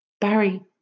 Barry